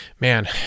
man